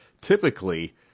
typically